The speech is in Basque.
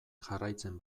jarraitzen